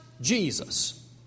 Jesus